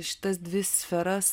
šitas dvi sferas